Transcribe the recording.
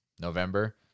November